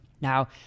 Now